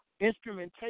instrumentation